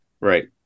right